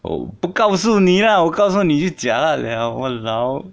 我不告诉你啦我告诉你就 jialat 了 !walao!